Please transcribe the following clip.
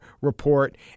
report